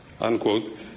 unquote